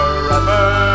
forever